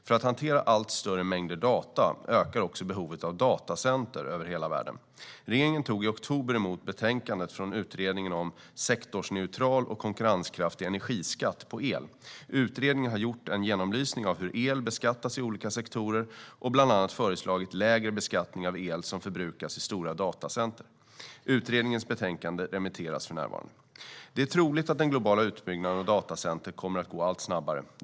För att hantera allt större mängder data ökar också behovet av datacenter över hela världen. Regeringen tog i oktober emot betänkandet från Utredningen om sektorsneutral och konkurrenskraftig energiskatt på el. Utredningen har gjort en genomlysning av hur el beskattas i olika sektorer och bland annat föreslagit lägre beskattning av el som förbrukas i stora datacenter. Utredningens betänkande remitteras för närvarande. Det är troligt att den globala utbyggnaden av datacenter kommer att gå allt snabbare.